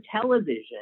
television